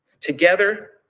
Together